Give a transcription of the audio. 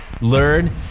learn